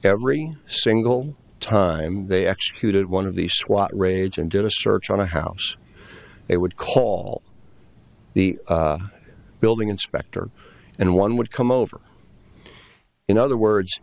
every single time they executed one of the swat rage and did a search on a house they would call the building inspector and one would come over in other words